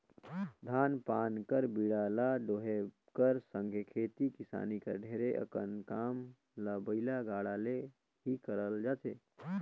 धान पान कर बीड़ा ल डोहे कर संघे खेती किसानी कर ढेरे अकन काम ल बइला गाड़ा ले ही करल जाथे